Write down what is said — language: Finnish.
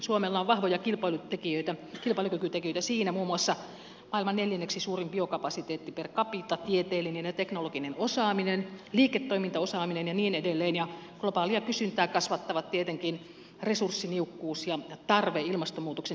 suomella on vahvoja kilpailukykytekijöitä siinä muun muassa maailman neljänneksi suurin biokapasiteetti per capita tieteellinen ja teknologinen osaaminen liiketoimintaosaaminen ja niin edelleen ja globaalia kysyntää kasvattavat tietenkin resurssiniukkuus ja tarve ilmastonmuutoksen hidastamiseen